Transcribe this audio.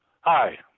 Hi